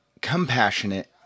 compassionate